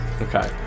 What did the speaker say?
Okay